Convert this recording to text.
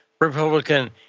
Republican